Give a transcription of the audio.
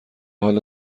حالا